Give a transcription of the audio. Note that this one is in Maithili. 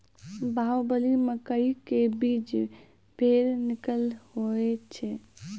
बाहुबली मकई के बीज बैर निक होई छै